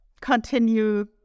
continue